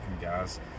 gas